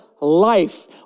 life